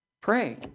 Pray